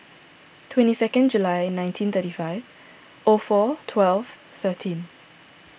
twenty second July nineteen thirty five O four twelve thirteen